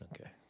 Okay